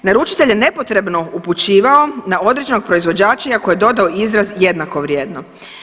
Naručitelj je nepotrebno upućivao na određenog proizvođača iako je dodao izraz jednako vrijedno.